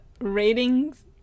ratings